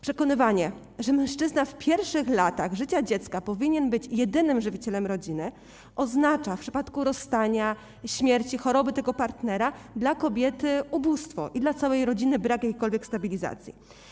Przekonywanie, że mężczyzna w pierwszych latach życia dziecka powinien być jedynym żywicielem rodziny, oznacza w przypadku rozstania, śmierci, choroby tego partnera dla kobiety ubóstwo i dla całej rodziny brak jakiejkolwiek stabilizacja.